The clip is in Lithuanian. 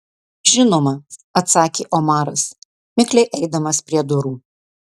žinoma atsakė omaras mikliai eidamas prie durų